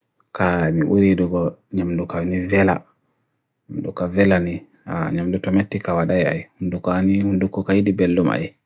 kaa mi uri doko nyamndo ka uni vela nmndo ka vela ni nyamndo traumatika wadai ay nmndo ka uni nmndo ka idi beldo mai